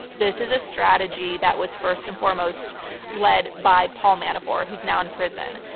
this is a strategy that was first and foremost led by paul manafort, who's now in prison.